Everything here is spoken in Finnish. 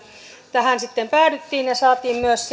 tähän sitten päädyttiin ja saatiin myös